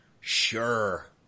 Sure